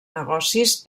negocis